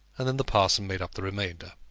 and then the parson made up the remainder.